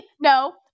no